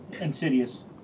Insidious